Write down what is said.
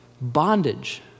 bondage